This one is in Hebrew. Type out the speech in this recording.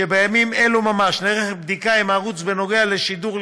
ובימים אלו ממש נערכת בדיקה עם הערוץ בכל הקשור לשידור,